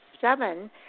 seven